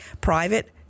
private